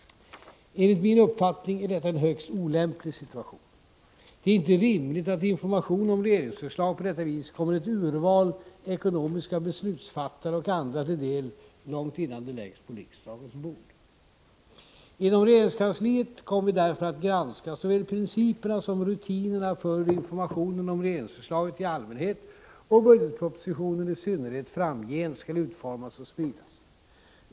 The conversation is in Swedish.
Enligt min uppfattning är detta en högst olämplig situation. Det är inte rimligt att information om regeringsförslag på detta vis kommer ett urval ekonomiska beslutsfattare och andra till del långt innan förslagen läggs på riksdagens bord. Inom regeringskansliet kommer vi därför att granska såväl principerna som rutinerna för hur informationen om regeringsförslagen i allmänhet — och budgetpropositionen i synnerhet — framgent skall utformas och spridas.